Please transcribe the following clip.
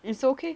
it's okay